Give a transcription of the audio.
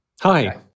Hi